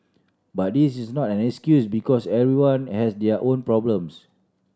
but this is not an excuse because everyone has their own problems